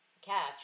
catch